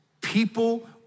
People